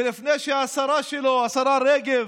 ולפני שהשרה שלו, השרה רגב,